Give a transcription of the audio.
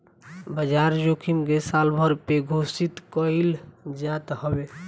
बाजार जोखिम के सालभर पे घोषित कईल जात हवे